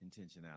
intentionality